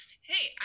Hey